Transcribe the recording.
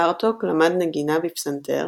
בארטוק למד נגינה בפסנתר,